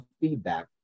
feedback